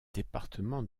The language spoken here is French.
département